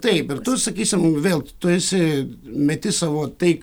taip ir tu sakysim vėl tu esi meti savo tai